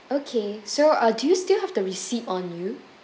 okay so uh do you still have the receipt on you